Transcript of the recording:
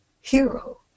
hero